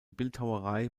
bildhauerei